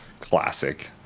classic